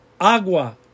Agua